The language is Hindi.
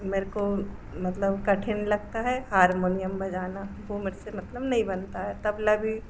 मेरे को मतलब कठिन लगता है हारमोनिया बजाना वो मेरे से मतलब नहीं बनता है तबला भी